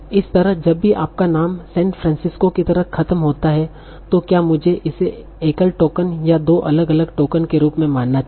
इसी तरह जब भी आपका नाम सैन फ्रांसिस्को की तरह खत्म होता है तो क्या मुझे इसे एकल टोकन या दो अलग अलग टोकन के रूप में मानना चाहिए